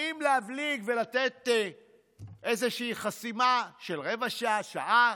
האם להבליג ולתת איזושהי חסימה של רבע שעה, שעה,